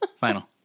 Final